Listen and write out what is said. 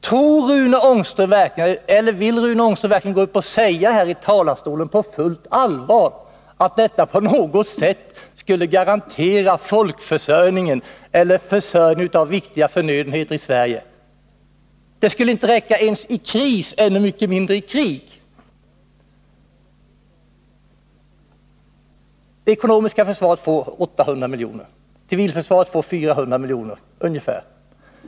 Vill Rune Ångström gå upp i talarstolen och på fullt allvar säga att detta på något sätt skulle garantera folkförsörjningen eller försörjningen av viktiga förnödenheter i Sverige? Det skulle inte räcka ens i kris, ännu mycket mindre i krig. Det ekonomiska försvaret får 800 milj.kr., civilförsvaret får ungefär 400 milj.